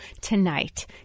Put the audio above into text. tonight